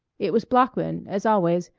it was bloeckman as always,